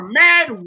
mad